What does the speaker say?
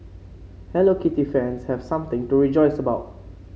Hello Kitty fans have something to rejoice about